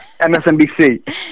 MSNBC